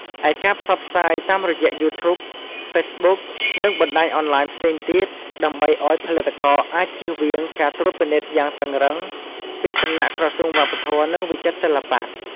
ឯការផ្សព្វផ្សាយតាមរយៈ យូធូប ហ្វេសប៊ុក និងបណ្ដាញអនឡាញផ្សេងទៀត ដើម្បីឲ្យផលិតករអាចជៀសវាងការត្រួតពិនិត្យយ៉ាងតឹងរឹងពីសំណាក់ក្រសួងវប្បធម៌ និងវិចិត្រសិល្បៈ។